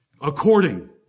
According